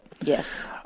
Yes